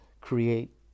create